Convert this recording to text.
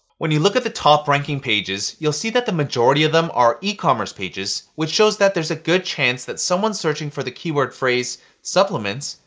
when you look at the top ranking pages, you'll see that the majority of them are ecommerce pages, which shows that there's a good chance that someone searching for the keyword phrase supplements,